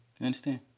understand